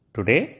Today